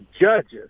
judges